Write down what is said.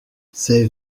c’est